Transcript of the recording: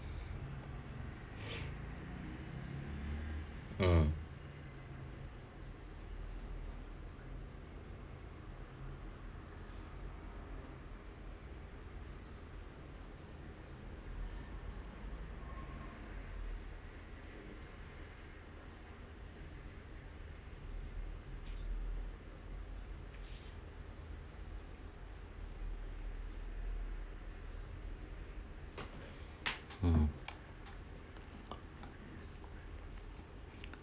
ah mm